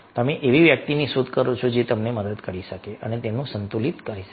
તમે એવી વ્યક્તિની શોધ કરો છો જે તમને મદદ કરી શકે તમને સંતુલિત રાખી શકે